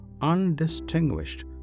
undistinguished